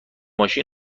ماشین